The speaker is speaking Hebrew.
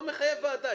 זה לא מחייב ועדה.